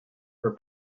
for